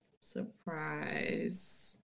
Surprise